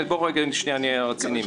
בוא רגע נהיה רציניים.